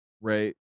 right